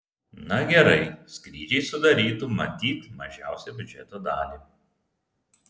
na gerai skrydžiai sudarytų matyt mažiausią biudžeto dalį